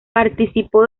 participó